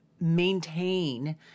maintain